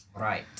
Right